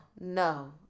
no